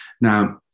Now